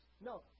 No